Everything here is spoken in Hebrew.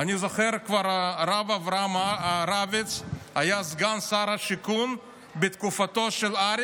אני זוכר שהרב אברהם רביץ כבר היה סגן שר השיכון בתקופתו של אריק,